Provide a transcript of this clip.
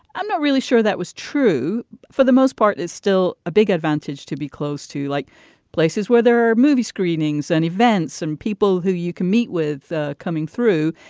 i'm not really sure that was true for the most part. it's still a big advantage to be close to like places where there are movie screenings and events and people who you can meet with coming through.